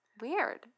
weird